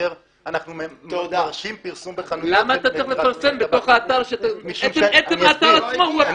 כאשר אנחנו מרשים בחנויות- - עצם האתר עצמו הוא הפרסום.